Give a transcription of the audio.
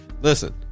listen